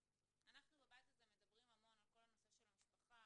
אנחנו בבית הזה מדברים המון על כל הנושא של המשפחה,